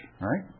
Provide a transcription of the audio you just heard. Right